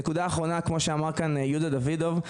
נקודה אחרונה, כמו שאמר יהודה דוידוב: